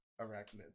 arachnids